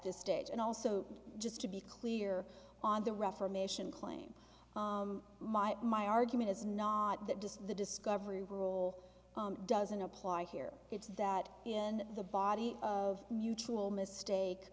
this stage and also just to be clear on the reformation claim my my argument is not that just the discovery rule doesn't apply here it's that in the body of mutual mistake